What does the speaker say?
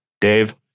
Dave